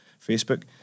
Facebook